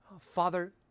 Father